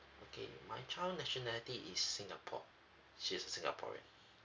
okay my child nationality is singapore she's a singaporean